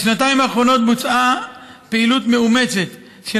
בשנתיים האחרונות בוצעה פעילות מאומצת של